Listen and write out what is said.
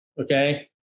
okay